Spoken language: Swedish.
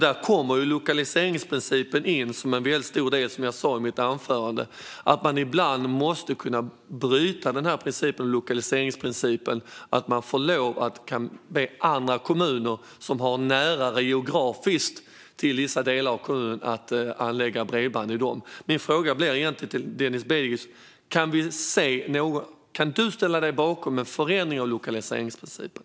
Där kommer lokaliseringsprincipen in som en väldigt stor del. Som jag sa i mitt anförande måste man ibland kunna bryta lokaliseringsprincipen och be andra kommuner, som har geografiskt nära till vissa delar av den egna kommunen, att anlägga bredband. Min fråga till Denis Begic blir därför: Kan du ställa dig bakom en förändring av lokaliseringsprincipen?